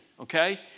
Okay